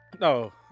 No